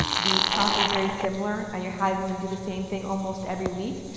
the prompt is very similar and you're having them do the same thing almost every week,